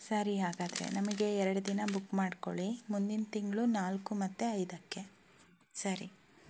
ಸರಿ ಹಾಗಾದರೆ ನಮಗೆ ಎರಡು ದಿನ ಬುಕ್ ಮಾಡ್ಕೊಳ್ಳಿ ಮುಂದಿನ ತಿಂಗಳು ನಾಲ್ಕು ಮತ್ತು ಐದಕ್ಕೆ ಸರಿ